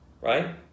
right